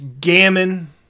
Gammon